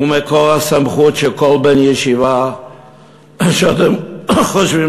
ומקור הסמכות של כל בן ישיבה שאתם חושבים